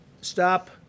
stop